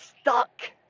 stuck